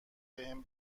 بهم